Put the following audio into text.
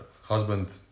husband